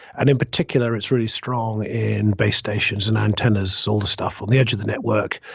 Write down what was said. and in particular, it's really strong in base stations and antennas, all the stuff on the edge of the network,